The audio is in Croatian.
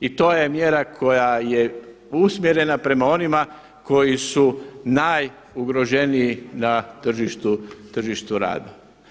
I to je mjera koja je usmjerena prema onima koji su najugroženiji na tržištu rada.